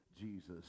Jesus